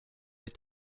est